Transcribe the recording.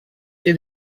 did